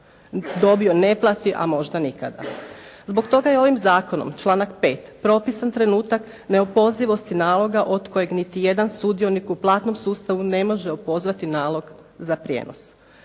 dobio ne plati, a možda nikada. Zbog toga je ovim zakonom, članak 5. propisan trenutak neopozivosti naloga od kojeg niti jedan sudionik u platnom sustavu ne može opozvati nalog za prijenos.